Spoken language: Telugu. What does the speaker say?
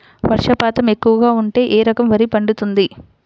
వర్షపాతం ఎక్కువగా ఉంటే ఏ రకం వరి పండుతుంది?